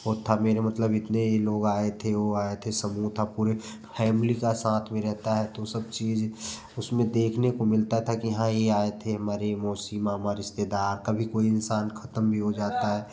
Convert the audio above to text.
वो था मेरे मतलब ये लोग आए थे वो आए थे समूह था पूरे फैमिली का साथ में रहता है तो वो सब चीज उसमें देखने को मिलता था कि हाँ ये आए थे हमारे मौसी मामा रिश्तेदार कभी कोई इंसान खत्म भी हो जाता है